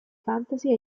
fantasy